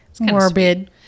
Morbid